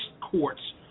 courts